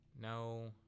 No